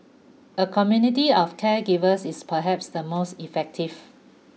a community of caregivers is perhaps the most effective